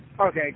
Okay